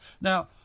Now